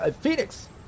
phoenix